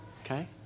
Okay